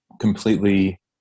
completely